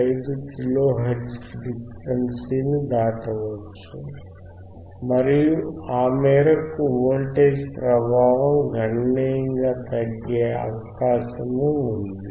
5 kilo hertz ఫ్రీక్వెన్సీని దాటవచ్చు మరియు ఆ మేరకు వోల్టేజ్ ప్రభావం గణనీయంగా తగ్గే అవకాసము ఉంది